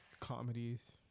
Comedies